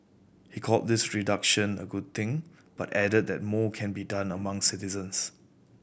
he called this reduction a good thing but added that more can be done among citizens